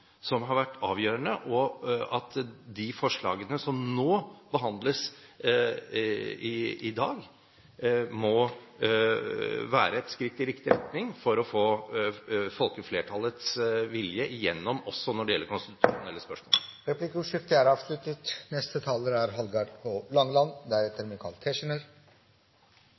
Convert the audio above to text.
vært avgjørende, og de forslagene som behandles nå i dag, må være et skritt i riktig retning for å få folkeflertallets vilje gjennom også når det gjelder konstitusjonelle spørsmål. Replikkordskiftet er